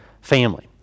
family